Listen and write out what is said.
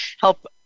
help